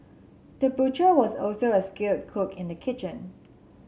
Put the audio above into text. the butcher was also a skilled cook in the kitchen